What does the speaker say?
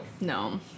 No